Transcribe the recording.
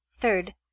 Third